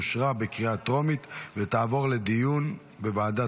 אושרה בקריאה טרומית ותעבור לדיון בוועדת